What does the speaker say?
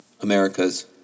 Americas